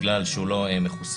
בגלל שהוא לא מחוסן,